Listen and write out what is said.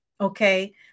Okay